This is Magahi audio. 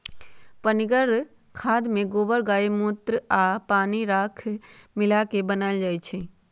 पनीगर खाद में गोबर गायमुत्र आ पानी राख मिला क बनाएल जाइ छइ